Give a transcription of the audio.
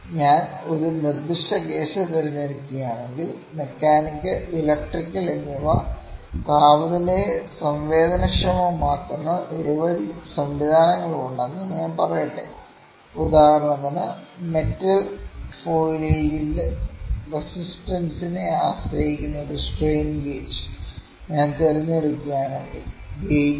ഞാൻ ഒരു നിർദ്ദിഷ്ട കേസ് തിരഞ്ഞെടുക്കുകയാണെങ്കിൽ മെക്കാനിക്കൽ ഇലക്ട്രിക്കൽ എന്നിവ താപനിലയെ സംവേദനക്ഷമമാക്കുന്ന നിരവധി സംവിധാനങ്ങളുണ്ടെന്ന് ഞാൻ പറയട്ടെ ഉദാഹരണത്തിന് മെറ്റൽ ഫോയിലിന്റെ റസിസ്റ്റന്സിനെ ആശ്രയിച്ചിരിക്കുന്ന ഒരു സ്ട്രെയിൻ ഗേജ് ഞാൻ തിരഞ്ഞെടുക്കുകയാണെങ്കിൽ ഗേജ്